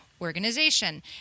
organization